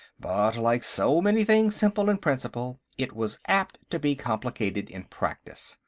but like so many things simple in principle, it was apt to be complicated in practice,